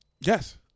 Yes